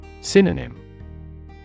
Synonym